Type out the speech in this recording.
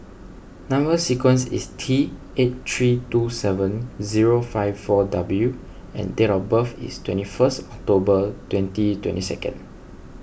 Number Sequence is T eight three two seven zero five four W and date of birth is twenty first October twenty twenty second